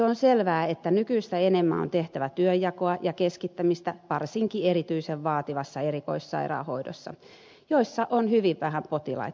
on selvää että nykyistä enemmän on tehtävä työnjakoa ja keskittämistä varsinkin erityisen vaativassa erikoissairaanhoidossa jossa on hyvin vähän potilaita